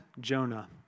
Jonah